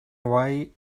away